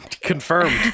Confirmed